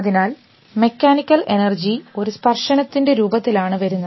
അതിനാൽ mechanical energy ഒരു സ്പർശനത്തിന് രൂപത്തിലാണ് ആണ് വരുന്നത്